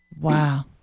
Wow